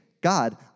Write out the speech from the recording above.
God